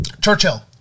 Churchill